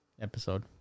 episode